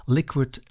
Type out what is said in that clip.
Liquid